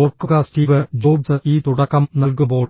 ഓർക്കുക Steve Jobs ഈ തുടക്കം നൽകുമ്പോൾ